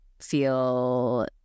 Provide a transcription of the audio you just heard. feel